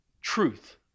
Truth